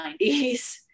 90s